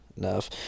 Enough